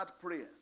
prayers